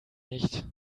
nicht